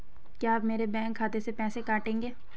क्या आप मेरे बैंक खाते से पैसे काटेंगे?